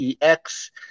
EX